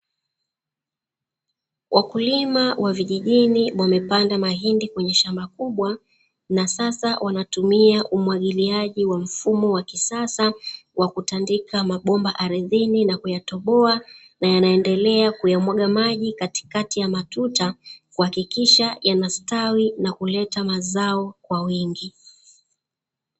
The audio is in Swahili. Wakulima wa vijijini wamepanda mahindi kwenye shamba kubwa na sasa wanatumia umwagiliaji wa kisasa wa kutandika mabomba ardhini na kuyatoboa, na wanaendelea kuyamwaga maji katikati ya matuta kuhakikisha yanastawi na kuleta mazao kwa wingi.